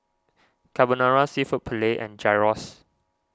Carbonara Seafood Paella and Gyros